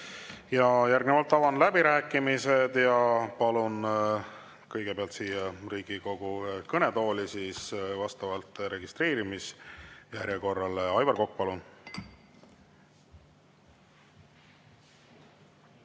Järgnevalt avan läbirääkimised ja palun kõigepealt siia Riigikogu kõnetooli vastavalt registreerimisjärjekorrale Aivar Koka. Palun!